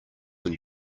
than